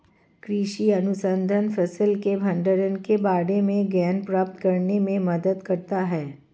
कृषि अनुसंधान फसल के भंडारण के बारे में ज्ञान प्राप्त करने में मदद करता है